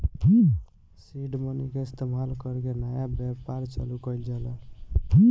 seed money के इस्तमाल कर के नया व्यापार चालू कइल जाला